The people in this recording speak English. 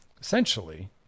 essentially